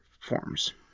forms